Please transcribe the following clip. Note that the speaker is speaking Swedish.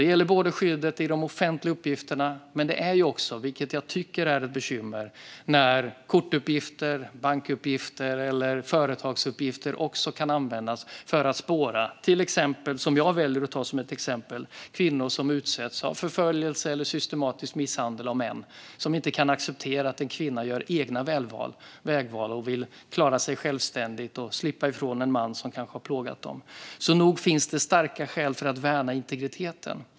Det gäller skyddet i de offentliga uppgifterna, men det är också ett bekymmer när kortuppgifter, bankuppgifter eller företagsuppgifter kan användas för att spåra exempelvis - jag väljer att ta det som exempel - kvinnor som utsätts för förföljelse eller systematisk misshandel av män som inte kan acceptera att kvinnor gör egna vägval och vill klara sig själva och slippa ifrån män som kanske har plågat dem. Så nog finns det starka skäl för att värna integriteten.